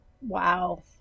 Wow